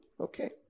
okay